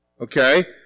Okay